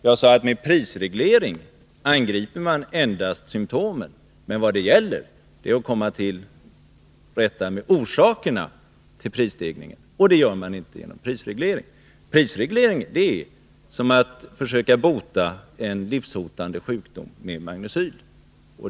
Jag sade: Med prisreglering angriper man endast symptomen, men vad det gäller är att komma till rätta med orsakerna till prisstegringen, och det gör man inte med prisreglering. Att införa prisreglering är som att försöka bota en livshotande sjukdom med magnecyl.